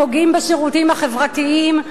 פוגעים בשירותים החברתיים.